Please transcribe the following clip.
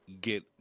get